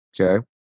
Okay